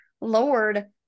Lord